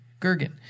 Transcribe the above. Gergen